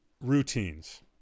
Routines